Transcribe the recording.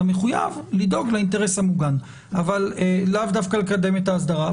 אתה מחויב לדאוג לאינטרס המוגן אבל לאו דווקא לקדם את האסדרה.